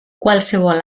qualsevol